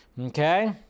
okay